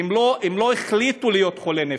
הם לא החליטו להיות חולי נפש.